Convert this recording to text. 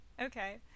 okay